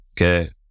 okay